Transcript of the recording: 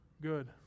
good